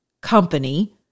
company